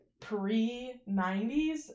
pre-90s